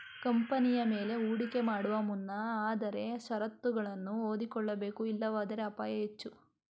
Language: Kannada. ಕಂಪನಿಯ ಮೇಲೆ ಹೂಡಿಕೆ ಮಾಡುವ ಮುನ್ನ ಆದರೆ ಶರತ್ತುಗಳನ್ನು ಓದಿಕೊಳ್ಳಬೇಕು ಇಲ್ಲವಾದರೆ ಅಪಾಯ ಹೆಚ್ಚು